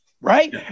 right